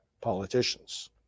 politicians